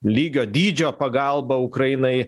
lygio dydžio pagalba ukrainai